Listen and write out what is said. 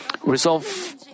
resolve